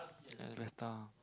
another time